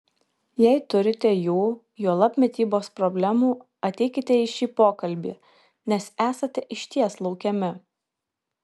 jei turite jų juolab mitybos problemų ateikite į šį pokalbį nes esate išties laukiami